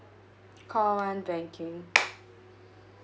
call one banking